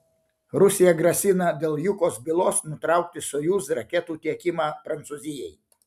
rusija grasina dėl jukos bylos nutraukti sojuz raketų tiekimą prancūzijai